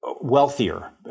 wealthier